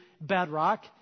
bedrock